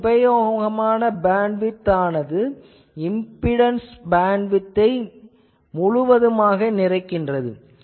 மேலும் உபயோகமான பேண்ட்விட்த் ஆனது இம்பிடன்ஸ் பேண்ட்விட்த் ஐ நிறைக்கிறது